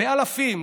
באלפים,